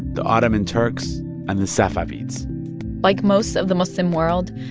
the ottoman turks and the safavids like most of the muslim world,